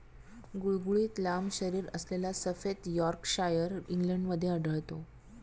गुळगुळीत लांब शरीरअसलेला सफेद यॉर्कशायर इंग्लंडमध्ये आढळतो